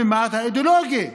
הממד האידיאולוגי.